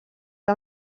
que